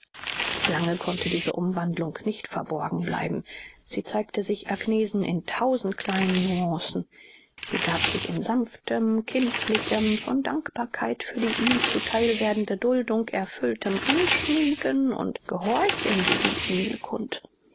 lange konnte diese umwandlung nicht verborgen bleiben sie zeigte sich agnesen in tausend kleinen nüancen sie gab sich in sanftem kindlichem von dankbarkeit für die ihm zu theil werdende duldung erfülltem anschmiegen und gehorchen gegen emil kund